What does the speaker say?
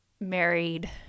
married